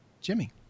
jimmy